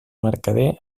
mercader